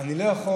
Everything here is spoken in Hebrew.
אני לא יכול.